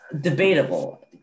debatable